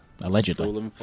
Allegedly